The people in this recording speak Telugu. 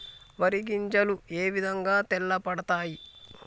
వరి గింజలు ఏ విధంగా తెల్ల పడతాయి?